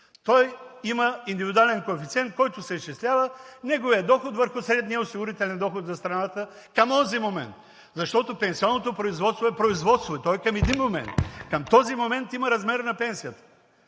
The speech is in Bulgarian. Той има индивидуален коефициент, който се изчислява: неговият доход върху средния осигурителен доход за страната към онзи момент, защото пенсионното производство е производство и то е към един момент – към този момент има размер на пенсията.